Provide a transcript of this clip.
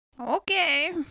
Okay